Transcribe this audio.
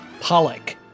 Pollock